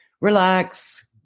relax